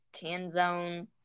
Canzone